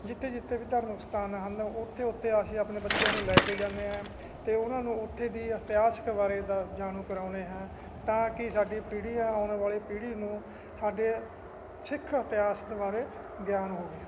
ਜਿੱਥੇ ਜਿੱਥੇ ਵੀ ਧਾਰਮਿਕ ਸਥਾਨ ਹਨ ਉੱਥੇ ਉੱਥੇ ਅਸੀਂ ਆਪਣੇ ਬੱਚਿਆਂ ਨੂੰ ਲੈ ਕੇ ਜਾਂਦੇ ਹਾਂ ਅਤੇ ਉਹਨਾਂ ਨੂੰ ਉੱਥੇ ਦੀ ਇਤਿਹਾਸਕ ਬਾਰੇ ਦਾ ਜਾਣੂ ਕਰਾਉਂਦੇ ਹਾਂ ਤਾਂ ਕਿ ਸਾਡੀ ਪੀੜ੍ਹੀ ਆ ਆਉਣ ਵਾਲੀ ਪੀੜ੍ਹੀ ਨੂੰ ਸਾਡੇ ਸਿੱਖ ਇਤਿਹਾਸ ਬਾਰੇ ਗਿਆਨ ਹੋਵੇ